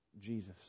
jesus